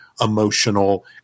emotional